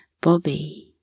Bobby